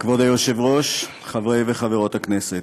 כבוד היושב-ראש, חברי וחברות הכנסת,